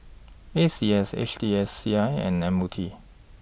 A C S H T S C I and M O T